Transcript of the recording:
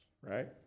Right